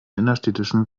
innerstädtischen